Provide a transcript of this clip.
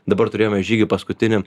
dabar turėjome žygį paskutinį